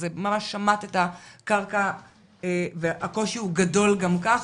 זה ממש שמט את הקרקע והקושי הוא גדול גם כך.